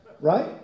Right